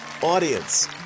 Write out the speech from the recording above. audience